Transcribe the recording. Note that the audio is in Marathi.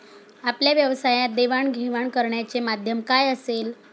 आपल्या व्यवसायात देवाणघेवाण करण्याचे माध्यम काय असेल?